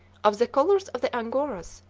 of the colors of the angoras,